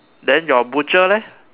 then your butcher leh